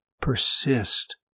persist